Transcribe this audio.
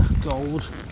Gold